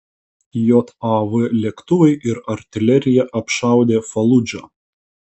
jav lėktuvai ir artilerija apšaudė faludžą